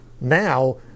now